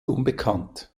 unbekannt